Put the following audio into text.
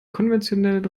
konventionellen